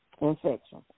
infection